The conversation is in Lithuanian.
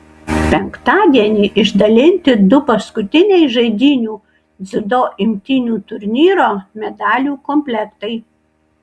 penktadienį išdalinti du paskutiniai žaidynių dziudo imtynių turnyro medalių komplektai